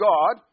God